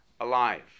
alive